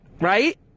right